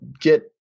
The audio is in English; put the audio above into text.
get –